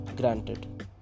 granted